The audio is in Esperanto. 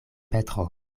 petro